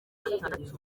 batandatu